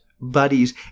buddies